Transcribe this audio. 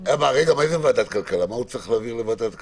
רגע, מה אתה צריך להעביר לוועדת הכלכלה?